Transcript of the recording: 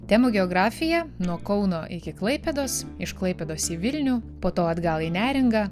temų geografija nuo kauno iki klaipėdos iš klaipėdos į vilnių po to atgal į neringą